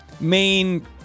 main